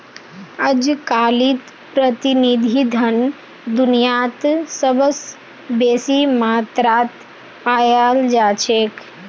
अजकालित प्रतिनिधि धन दुनियात सबस बेसी मात्रात पायाल जा छेक